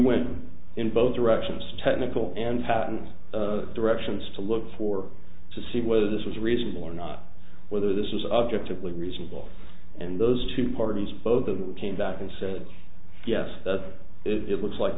went in both directions technical and patent directions to look for to see whether this was reasonable or not whether this is objectively reasonable and those two parties both of them came back and said yes that it looks like